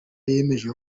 yemeje